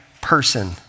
person